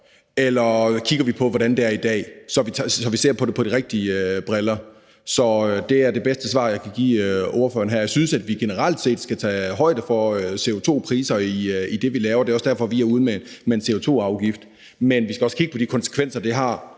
eller kigger vi på, hvordan det er i dag – ser vi på det gennem de rigtige briller? Så det er det bedste svar, jeg kan give spørgeren her. Jeg synes, at vi generelt set skal tage højde for CO2-priser i det, vi laver. Det er også derfor, at vi er ude med en CO2-afgift. Men vi skal også kigge på de konsekvenser, det har.